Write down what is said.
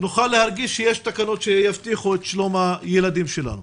נוכל להרגיש שיש תקנות שיבטיחו את שלום הילדים שלנו.